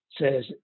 says